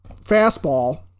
fastball